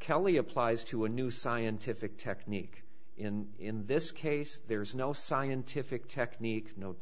kelly applies to a new scientific technique in this case there is no scientific technique no